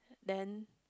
then